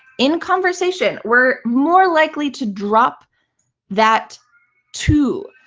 in conversation, we're more likely to drop that to,